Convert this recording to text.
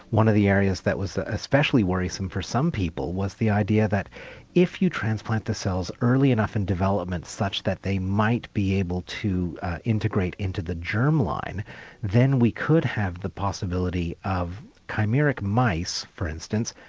one of the areas that was especially worrisome for some people was the idea that if you transplant the cells early enough in development such that they might be able to integrate into the germ line then we could have the possibility of chimeric mice, for instance,